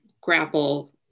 grapple